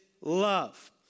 love